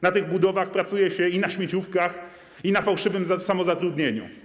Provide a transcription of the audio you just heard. Na tych budowach pracuje się i na śmieciówkach, i na fałszywym samozatrudnieniu.